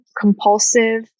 compulsive